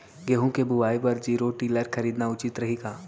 गेहूँ के बुवाई बर जीरो टिलर खरीदना उचित रही का?